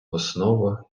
основа